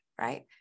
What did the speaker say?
right